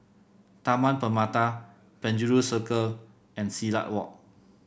Taman Permata Penjuru Circle and Silat Walk